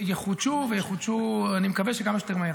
-- ואני מקווה שיחודשו כמה שיותר מהר.